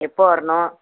எப்போது வரணும்